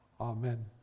Amen